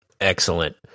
Excellent